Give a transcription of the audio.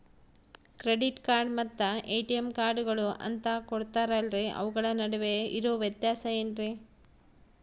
Credit card ಮತ್ತ ATM ಕಾರ್ಡುಗಳು ಅಂತಾ ಕೊಡುತ್ತಾರಲ್ರಿ ಅವುಗಳ ನಡುವೆ ಇರೋ ವ್ಯತ್ಯಾಸ ಏನ್ರಿ?